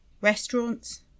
restaurants